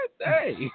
Hey